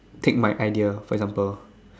take my idea for example